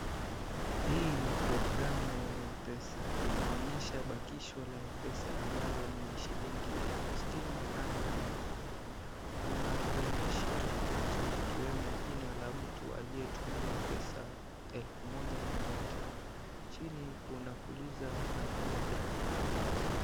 Hii ni programu ya mpesa inaonyesha bakisho la mpesa ambalo ni shilingi elfu sitini na nane na mia nane . Kuna vionyeshi tofauti ikiwemo jina la mtu aliyetumiwa pesa elfu moja na mia tano, chuni kuna fuliza na pia dark mode [cs.